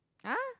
!huh!